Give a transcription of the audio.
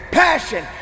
passion